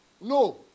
No